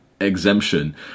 exemption